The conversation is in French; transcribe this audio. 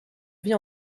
vie